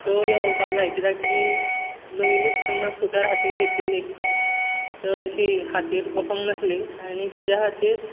slow योवपाक जाय कित्याक की नवीनच तेन्ना स्कुटर हातीन घेतलेली चड अशी हातीर बसोंक नासली आनी तेच्या खातीर